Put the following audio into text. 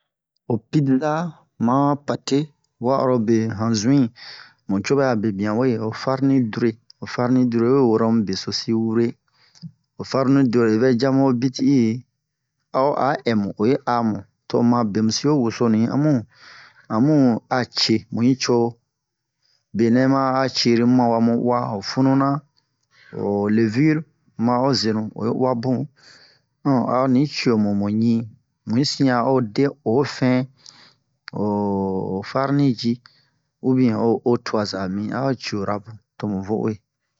ho pideza ma ho pate ma pate wa'arobe han zun'in mu co ɓɛ'a bebiyan uwe ho ho farni dure ho ho farni dure ho farni dure we wara mu besosi wure ho farni dure o vɛ ja mu ho biti'i a o a ɛ mu o yi aa mu to o ma bemusi ho wosonu'in amu amu a ce mu yi co benɛ ma a cerimu mu mawe a mu uwa ho fununan ho levire ma o zenu oyi uwa bun um a o ni ciyo mu mu ɲin mu yi sin a o de o fɛn ho farni ji ubiyɛn o o tuwa-za min a o ciyo-ra mu tomu vo uwe